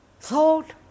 thought